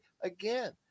again